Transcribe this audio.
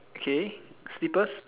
okay slippers